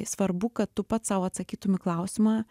svarbu kad tu pats sau atsakytum į klausimą